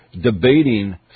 debating